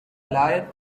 liar